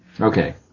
Okay